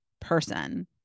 person